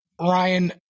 Ryan